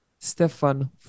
Stefan